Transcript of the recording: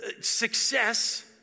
success